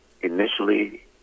initially